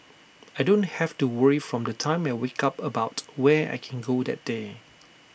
I don't have to worry from the time I wake up about where I can go that day